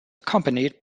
accompanied